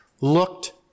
looked